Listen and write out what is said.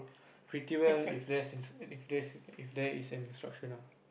pretty very if there's if there's if there is an instruction ah